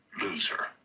loser